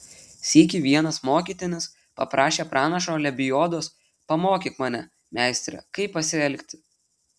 sykį vienas mokytinis paprašė pranašo lebiodos pamokyk mane meistre kaip pasielgti